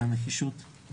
על הנחישות,